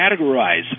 categorize